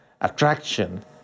attraction